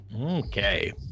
okay